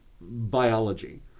biology